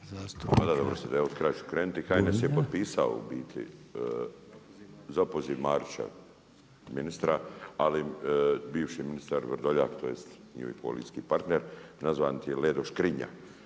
Pa da, dobro ste, evo od kraja ću krenuti, HNS je potpisao u biti za opoziv Marića ministra, ali bivši ministar Vrdoljak, tj. njihov koalicijski partner nazvan Ledo škrinja